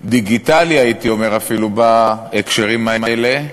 דיגיטלי אפילו, הייתי אומר בהקשרים האלה,